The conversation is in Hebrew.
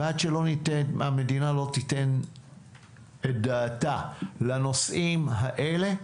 ועד שהמדינה לא תיתן את דעתה לנושאים האלה,